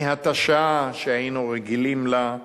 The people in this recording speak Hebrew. מהתשה, שהיינו רגילים לה,